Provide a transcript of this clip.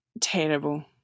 terrible